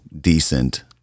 decent